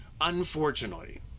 unfortunately